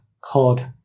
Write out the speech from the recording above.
called